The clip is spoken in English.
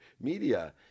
media